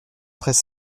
treize